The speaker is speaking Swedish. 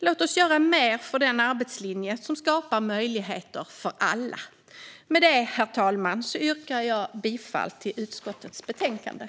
Låt oss göra mer för den arbetslinje som skapar möjligheter för alla. Herr talman! Med det yrkar jag bifall till utskottets förslag i betänkandet.